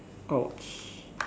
!ouch!